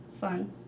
Fun